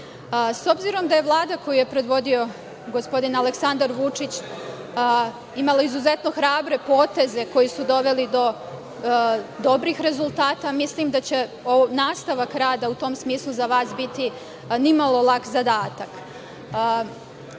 obzirom da je Vlada koju je predvodio gospodin Aleksandar Vučić imala izuzetno hrabre poteze koji su doveli do dobrih rezultata, mislim da će nastavak rada, u tom smislu, za vas biti ni malo lak zadatak.